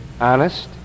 honest